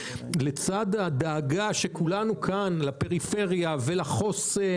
לצד הדאגה של כולנו כאן לפריפריה ולחוסן